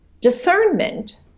Discernment